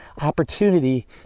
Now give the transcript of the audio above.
opportunity